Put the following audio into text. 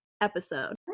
episode